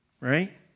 Right